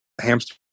hamster